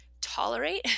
tolerate